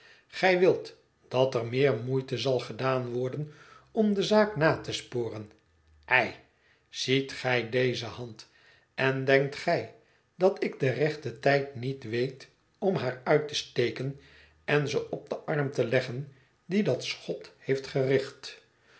gij wilt dat er meer moeite zal gedaan worden om de zaak na te sporen ei ziet gij deze hand en denkt gij dat ik den rechten tijd niet weet om haar uit te steken en ze op den arm te leggen die dat schot heeft gericht